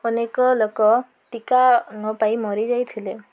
ଅନେକ ଲୋକ ଟୀକା ନ ପାଇ ମରିଯାଇଥିଲେ